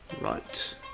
right